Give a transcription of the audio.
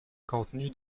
contenu